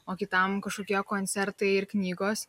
o kitam kažkokie koncertai ir knygos